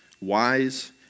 wise